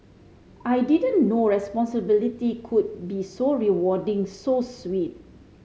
I didn't know responsibility could be so rewarding so sweet